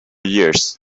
years